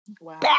Wow